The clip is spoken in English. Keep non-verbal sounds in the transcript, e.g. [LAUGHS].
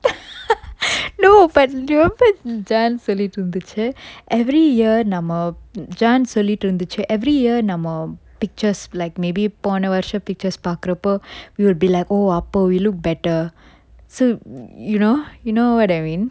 [LAUGHS] no but jane சொல்லிட்டு இருந்துச்சி:sollittu irunthuchi every year நம்ம:namma jane சொல்லிட்டு இருந்துச்சி:sollittu irunduchi every year நம்ம:namma pictures like maybe போன வருச:pona varusa pictures பாக்குறப்போ:pakkurappo we would be like oh அப்ப:appa we look better so you know you know what I mean